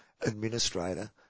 Administrator